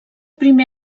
primer